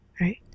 right